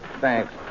thanks